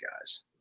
guys